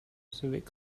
civic